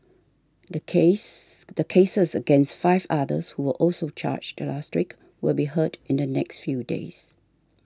the case the cases against five others who were also charged last week will be heard in the next few days